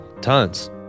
Tons